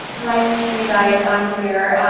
like to see you guys on here.